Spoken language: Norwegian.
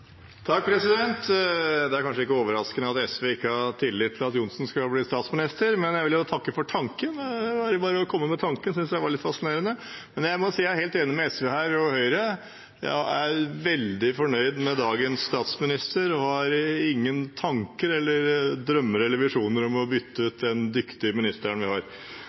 Det er kanskje ikke overraskende at SV ikke har tillit til Johnsen som statsminister, men jeg vil takke for tanken. Bare at de kom med tanken, syntes jeg var litt fascinerende. Men jeg må si jeg er helt enig med SV og Høyre – jeg er veldig fornøyd med dagens statsminister og har ingen tanker, drømmer eller visjoner om å bytte ut den dyktige statsministeren vi har.